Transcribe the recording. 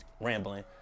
rambling